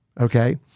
Okay